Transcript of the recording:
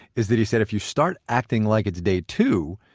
is that he said if you start acting like it's day two,